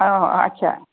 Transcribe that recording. অঁ আচ্ছা